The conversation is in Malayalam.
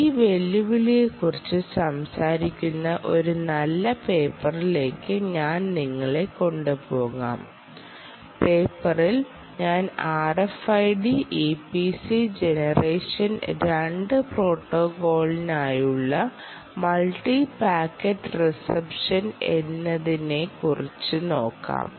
ഈ വെല്ലുവിളിയെക്കുറിച്ച് സംസാരിക്കുന്ന ഒരു നല്ല പേപ്പറിലേക്ക് ഞാൻ നിങ്ങളെ കൊണ്ടുപോകാം പേപ്പറിൽ ഞാൻ RFID EPC Gen 2 പ്രോട്ടോക്കോളിനായുള്ള മൾട്ടി പാക്കറ്റ് റിസപ്ഷൻ എന്നതിനെ കുറിച്ച് നോക്കാം